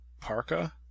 parka